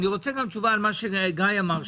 אני רוצה גם תשובה על מה שגיא אמר,